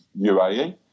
UAE